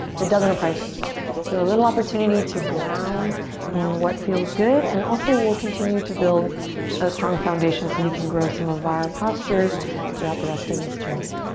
but it doesn't apply here so a little opportunity to ground in what feels good and also we'll continue to build a strong foundation so we can grow some of our postures throughout the rest of this journey